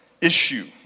issue